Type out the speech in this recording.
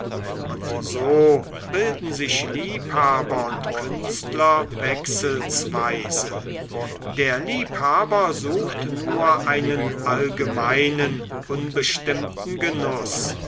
und so bilden sich liebhaber und künstler wechselsweise der liebhaber sucht nur einen allgemeinen unbestimmten genuß